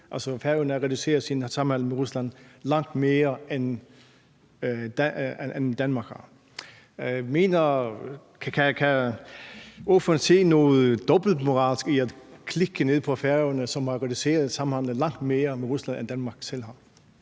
Altså, Færøerne har reduceret sin samhandel med Rusland langt mere, end Danmark har. Kan ordføreren se noget dobbeltmoralsk i at slå ned på Færøerne, som har reduceret samhandelen med Rusland langt mere, end Danmark selv har?